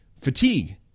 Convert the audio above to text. fatigue